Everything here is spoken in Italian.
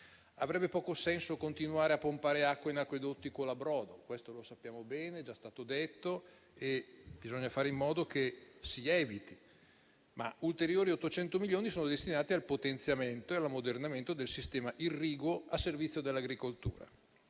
Avrebbe poco senso continuare a pompare acqua in acquedotti colabrodo: questo lo sappiamo bene, è già stato detto e bisogna fare in modo di evitarlo. Ulteriori 800 milioni di euro sono destinati al potenziamento e all'ammodernamento del sistema irriguo, a servizio dell'agricoltura.